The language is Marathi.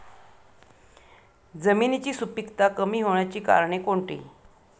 जमिनीची सुपिकता कमी होण्याची कारणे कोणती?